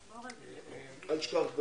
11:00.